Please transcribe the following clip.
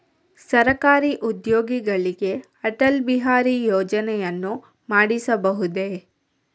ಸರಕಾರಿ ಉದ್ಯೋಗಿಗಳಿಗೆ ಅಟಲ್ ಬಿಹಾರಿ ಯೋಜನೆಯನ್ನು ಮಾಡಿಸಬಹುದೇ?